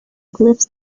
glyphs